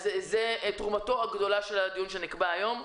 וזו תרומתו הגדולה של הדיון שנקבע להיום.